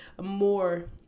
more